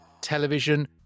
television